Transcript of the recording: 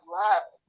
love